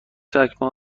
چکمه